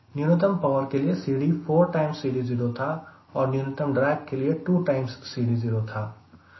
न्यूनतम पावर के लिए CD 4CD0 था और न्यूनतम ड्रैग के लिए 2CD0 था